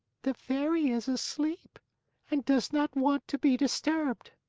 the fairy is asleep and does not want to be disturbed.